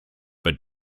but